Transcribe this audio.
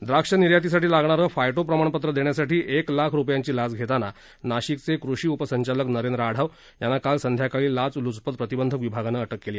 द्राक्ष निर्यातीसाठी लागणारं फायटो प्रमाणपत्र देण्यासाठी एक लाख रुपयांची लाच घेताना नाशिकचे कृषी उपसंचालक नरेंद्र आढाव यांना काल संध्याकाळी लाचलूचपत प्रतिबंधक विभागानं अटक केली